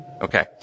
Okay